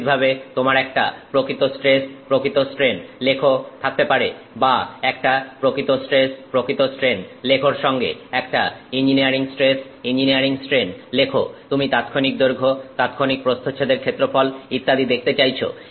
নিশ্চিতভাবে তোমার একটা প্রকৃত স্ট্রেস প্রকৃত স্ট্রেন লেখ থাকতে পারে বা একটা প্রকৃত স্ট্রেস প্রকৃত স্ট্রেন লেখর সঙ্গে একটা ইঞ্জিনিয়ারিং স্ট্রেস ইঞ্জিনিয়ারিং স্ট্রেন লেখ তুমি তাৎক্ষণিক দৈর্ঘ্য তাৎক্ষণিক প্রস্থচ্ছেদের ক্ষেত্রফল ইত্যাদি দেখতে চাইছ